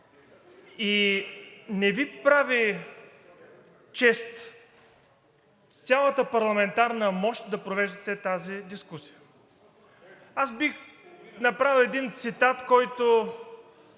и не Ви прави чест с цялата парламентарна мощ да провеждате тази дискусия. Аз бих направил един цитат, който